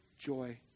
joy